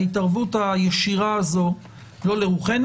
ההתערבות הישירה הזאת לא לרוחנו.